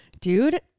dude